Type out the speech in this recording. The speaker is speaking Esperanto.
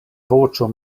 voĉo